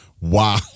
wow